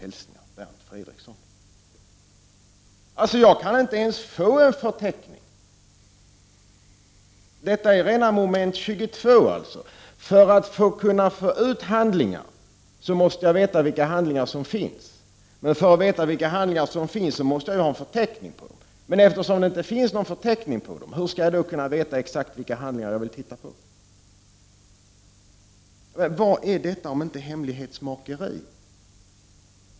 Jag kan alltså inte ens få en förteckning! Detta är rena Moment 22. För att kunna få ut handlingar måste jag veta vilka handlingar som finns. Men för att veta vilka handlingar som finns måste jag ju ha en förteckning över dem. Men eftersom det inte finns en förteckning över dem, hur skall jag då kunna veta vilka handlingar jag vill se på? Vad är detta om inte hemlighetsmakeri?